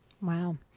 wow